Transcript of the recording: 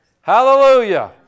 Hallelujah